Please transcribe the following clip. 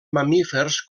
mamífers